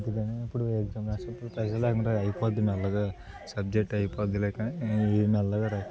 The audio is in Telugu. అందుకని ఎప్పుడు ఎగ్జామ్ రాసేప్పుడు ప్రెజర్ లేకుండా రాయి అయిపోద్ది మెల్లగా సబ్జెక్ట్ అయిపోద్దిలే కానీ ఈ మెల్లగా రాయి